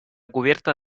cubierta